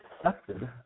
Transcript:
accepted